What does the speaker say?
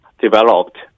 developed